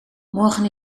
morgen